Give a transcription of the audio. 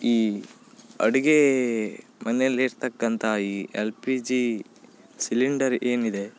ಈ ಅಡುಗೆ ಮನೆಯಲ್ಲಿರತಕ್ಕಂಥ ಈ ಎಲ್ ಪಿ ಜಿ ಸಿಲಿಂಡರ್ ಏನಿದೆ